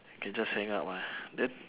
can just hang up ah then